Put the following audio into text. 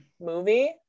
Movie